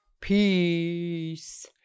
Peace